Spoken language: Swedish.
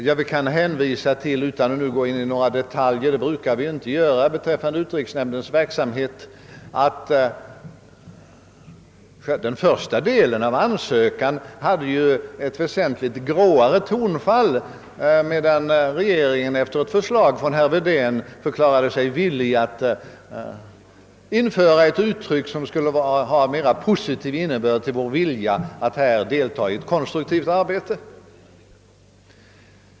Jag kan hänvisa till — utan att gå in på detaljer; det brukar vi inte göra beträffande utrikesnämndens verksamhet — att den första versionen av ansökan hade ett väsentligt gråare tonfall, medan regeringen efter ett förslag från herr Wedén förklarade sig villig att i ansökan införa ett uttryck som skulle ha en mera positiv innebörd och visa vår vilja att här delta i ett konstruktivt arbete.